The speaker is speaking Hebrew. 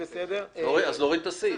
צריך להוריד את הסעיף.